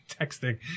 texting